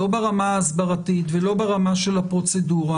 לא ברמה ההסברתית ולא ברמה של הפרוצדורה,